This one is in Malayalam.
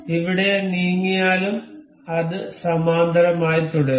എവിടെ നീങ്ങിയാലും അത് സമാന്തരമായി തുടരും